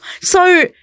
So-